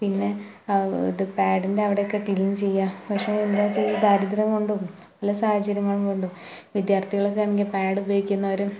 പിന്നെ ഇത് പാഡിന്റവിടെയൊക്കെ ക്ലീന് ചെയ്യുക വേറെന്താ ചെയ്യുക ദാരിദ്ര്യം കൊണ്ടും പല സാഹചര്യങ്ങള് കൊണ്ടും വിദ്യര്ത്ഥികള്ക്കാണെങ്കിൽ പാഡ് ഉപയോഗിക്കുന്നവർ